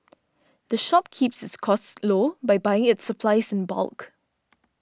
the shop keeps its costs low by buying its supplies in bulk